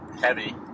heavy